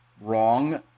wrong